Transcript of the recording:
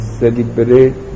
celebrate